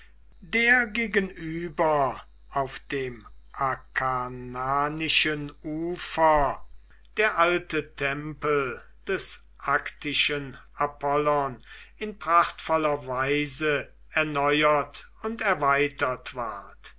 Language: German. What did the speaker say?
der gegenüber auf dem akarnanischen ufer der alte tempel des aktischen apollon in prachtvoller weise erneuert und erweitert ward